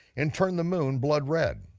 and turn the moon blood red.